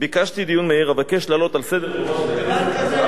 אבקש להעלות על סדר-היום, דבר כזה לא נעשה